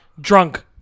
Drunk